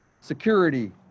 security